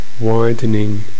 widening